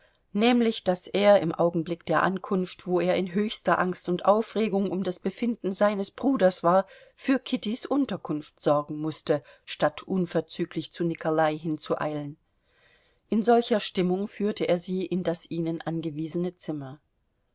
nämlich daß er im augenblick der ankunft wo er in höchster angst und aufregung um das befinden seines bruders war für kittys unterkunft sorgen mußte statt unverzüglich zu nikolai hinzueilen in solcher stimmung führte er sie in das ihnen angewiesene zimmer